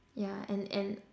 yeah and and